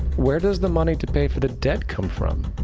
where does the money to pay for the debt come from?